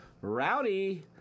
Rowdy